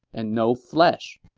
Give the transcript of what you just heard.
and no flesh.